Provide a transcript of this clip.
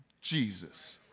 Jesus